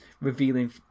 revealing